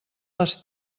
les